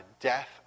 death